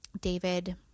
David